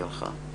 לגבי